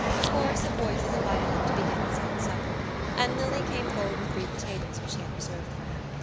a chorus of voices invited him to begin his own supper and lily came forward with three potatoes which she had reserved for him.